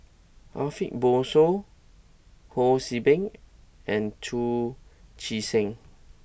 Ariff Bongso Ho See Beng and Chu Chee Seng